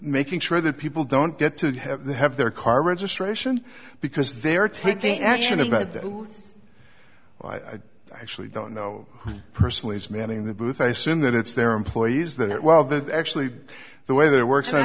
making sure that people don't get to have to have their car registration because they're taking action about that i actually don't know personally as manning the booth i assume that it's their employees that well that actually the way their works